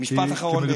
משפט אחרון, באמת.